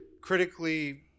Critically